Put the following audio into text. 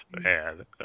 Man